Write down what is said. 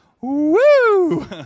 Woo